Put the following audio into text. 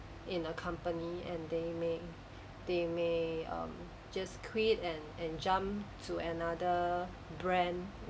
in a company and they may they may um just quit and and jump to another brand